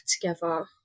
together